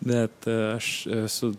bet aš esu